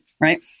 right